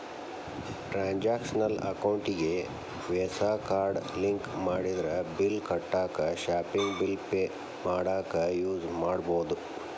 transactional ಅಕೌಂಟಿಗಿ Visa card link ಮಾಡಿದ್ರ bill ಕಟ್ಟಾಕ ಶಾಪಿಂಗ್ ಬಿಲ್ ಪೆ ಮಾಡಾಕ ಯೂಸ್ ಮಾಡಬೋದು